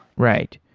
right.